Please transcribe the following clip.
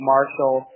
Marshall